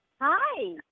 Hi